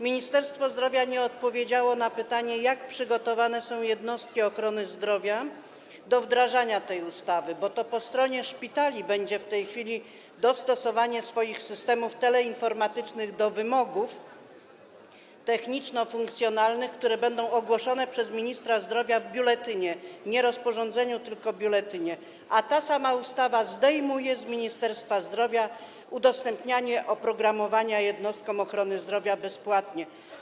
Ministerstwo Zdrowia nie odpowiedziało na pytanie, jak przygotowane są jednostki ochrony zdrowia do wdrażania tej ustawy, bo to po stronie szpitali będzie w tej chwili dostosowanie swoich systemów teleinformatycznych do wymogów techniczno-funkcjonalnych, które będą ogłoszone przez ministra zdrowia w biuletynie - nie w rozporządzeniu, tylko w biuletynie - a ta sama ustawa zdejmuje z Ministerstwa Zdrowia udostępnianie oprogramowania jednostkom ochrony zdrowia bezpłatnie.